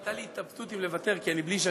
הייתה לי התלבטות אם לוותר, כי אני בלי ז'קט.